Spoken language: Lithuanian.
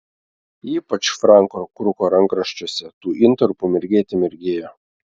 ypač franko kruko rankraščiuose tų intarpų mirgėte mirgėjo